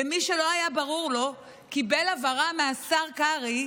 ומי שלא היה ברור לו קיבל הבהרה מהשר קרעי,